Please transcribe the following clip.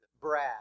Brad